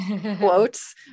quotes